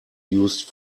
used